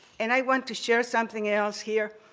and i want to share something else here.